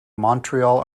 montreal